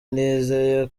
nizeye